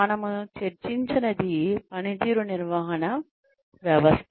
మనము చర్చించనిది పనితీరు నిర్వహణ వ్యవస్థ